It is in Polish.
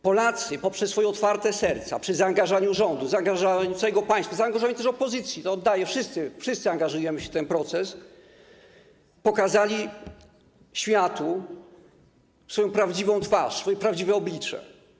Polacy poprzez swoje otwarte serca, przy zaangażowaniu rządu, zaangażowaniu całego państwa, zaangażowaniu też opozycji, to oddaję - wszyscy angażujemy się w ten proces - pokazali światu swoją prawdziwą twarz, swoje prawdziwe oblicze.